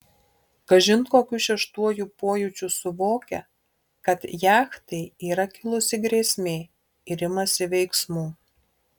kažin kokiu šeštuoju pojūčiu suvokia kad jachtai yra kilusi grėsmė ir imasi veiksmų